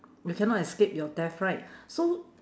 you cannot escape your death right so